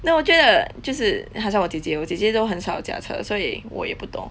then 我觉得就是好像我姐姐我姐姐都很少驾车所以我也不懂